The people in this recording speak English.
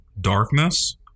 darkness